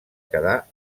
quedar